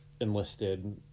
enlisted